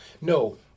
No